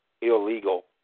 illegal